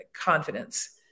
confidence